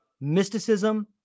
Mysticism